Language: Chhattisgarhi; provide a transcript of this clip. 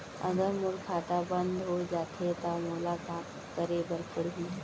अगर मोर खाता बन्द हो जाथे त मोला का करे बार पड़हि?